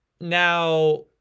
Now